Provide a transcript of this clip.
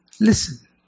listen